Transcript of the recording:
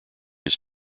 his